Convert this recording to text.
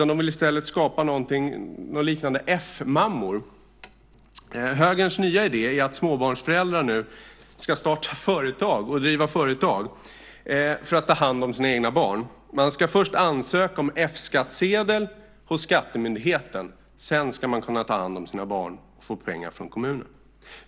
De vill i stället skapa något liknande F-mammor. Högerns nya idé är att småbarnsföräldrar ska starta och driva företag för att ta hand om sina egna barn. Man ska först ansöka om F-skattsedel hos skattemyndigheten. Sedan ska man kunna ta hand om sina barn och få pengar från kommunen.